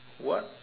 what